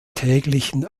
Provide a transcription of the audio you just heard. täglichen